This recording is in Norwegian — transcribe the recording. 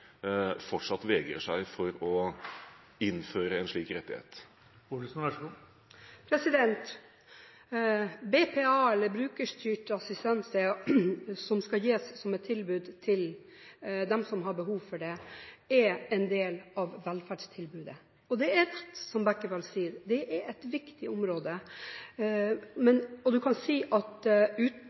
fortsatt vegrer seg for å innføre en slik rettighet? BPA, brukerstyrt personlig assistanse, som skal gis som et tilbud til dem som har behov for det, er en del av velferdstilbudet. Det er, som representanten Bekkevold sier, riktig at det er et viktig område. Utgangspunktet for kommunene når det gjelder å gi tjenester til sine innbyggere, er at